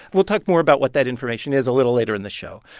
we'll talk more about what that information is a little later in the show.